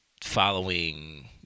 following